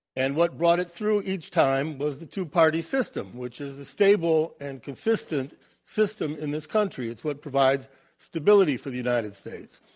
and what brought it through each time was the two-party system, which is a stable and consistent system in this country. it's what provides stability for the united states,